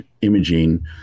imaging